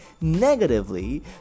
negatively